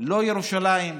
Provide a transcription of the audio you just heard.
לא ירושלים,